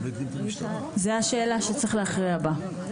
זה השאלה שצריך להכריע בה.